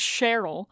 Cheryl